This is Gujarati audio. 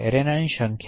એરેનાની સંખ્યા